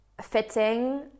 fitting